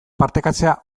partekatzea